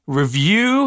review